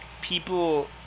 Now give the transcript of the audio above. people